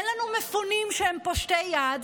אין לנו מפונים שהם פושטי יד.